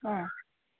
ആ